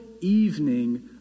evening